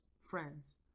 friends